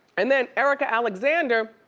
and then erika alexander,